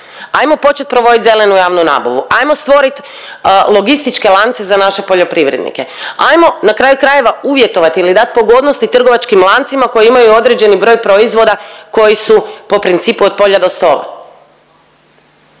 ajmo počet provodit zelenu javnu nabavu, ajmo stvorit logističke lance za naše poljoprivrednike, ajmo na kraju krajeva uvjetovat ili dat pogodnosti trgovačkim lancima koji imaju određeni broj proizvoda koji su po principu od polja do stola,